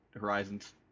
Horizons